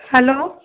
hello